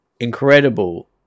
incredible